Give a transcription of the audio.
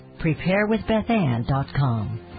PrepareWithBethAnn.com